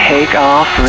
Takeoff